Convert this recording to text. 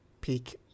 peak